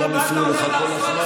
הם מפריעים לך כל הזמן,